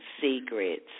secrets